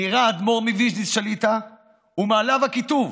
נראה האדמו"ר מוויז'ניץ שליט"א ומעליו הכיתוב